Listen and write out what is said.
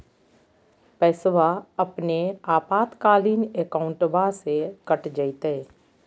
पैस्वा अपने आपातकालीन अकाउंटबा से कट जयते?